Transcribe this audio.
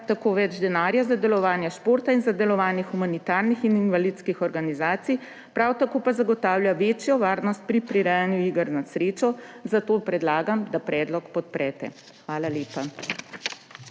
tako več denarja za delovanje športa ter za delovanje humanitarnih in invalidskih organizacij, prav tako pa zagotavlja večjo varnost pri prirejanju iger na srečo, zato predlagam, da predlog podprete. Hvala lepa.